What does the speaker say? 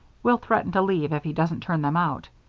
we'll threaten to leave if he doesn't turn them out.